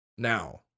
Now